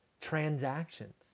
Transactions